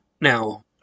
Now